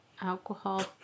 alcohol